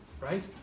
right